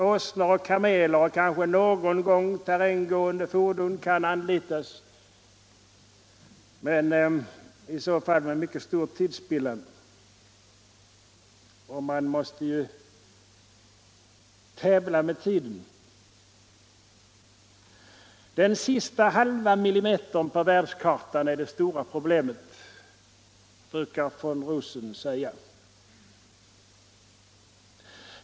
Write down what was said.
Åsnor och kameler och kanske någon gång terränggående fordon kan anlitas men i så fall med mycket stor tidsspillan, och man måste ju tävla med tiden. Den sista halva millimetern på världskartan är det stora problemet, brukar von Rosen säga.